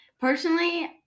Personally